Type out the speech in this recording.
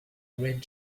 red